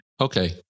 Okay